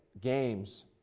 games